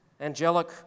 angelic